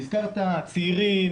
הזכרת צעירים,